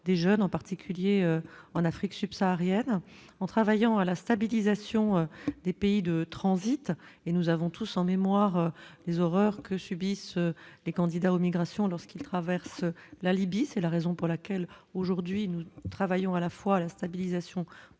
des jeunes, en particulier en Afrique subsaharienne en travaillant à la stabilisation des pays de transit et nous avons tous en mémoire les horreurs que subissent les candidats aux migrations lorsqu'il traverse, la Libye, c'est la raison pour laquelle aujourd'hui, nous travaillons à la fois la stabilisation